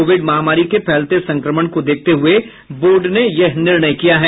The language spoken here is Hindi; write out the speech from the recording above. कोविड महामारी के फैलते संक्रमण को देखते हुए बोर्ड ने यह निर्णय किया है